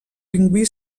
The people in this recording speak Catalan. pingüí